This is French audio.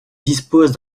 disposent